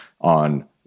on